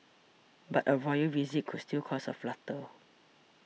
but a royal visit could still cause a flutter